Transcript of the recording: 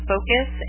focus